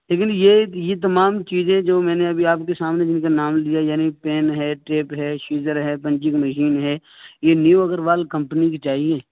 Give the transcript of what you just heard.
لیکن یہ یہ تمام چیزیں جو میں نے ابھی آپ کے سامنے جن کا نام لیا یعنی پین ہے ٹیپ ہے شیزر ہے پنچنگ مشین ہے یہ نیو اگروال کمپنی کی چاہیے